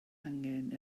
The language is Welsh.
angen